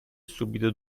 subito